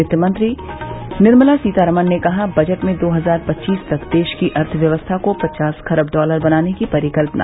वित्त मंत्री निर्मला सीतारामन ने कहा बजट में दो हजार पच्चीस तक देश की अर्थव्यवस्था को पचास खरब डॉलर बनाने की परिकल्पना